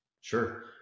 Sure